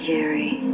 Jerry